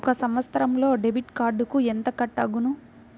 ఒక సంవత్సరంలో డెబిట్ కార్డుకు ఎంత కట్ అగును?